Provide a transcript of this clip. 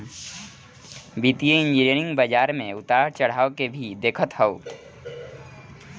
वित्तीय इंजनियरिंग बाजार में उतार चढ़ाव के भी देखत हअ